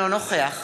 אינו נוכח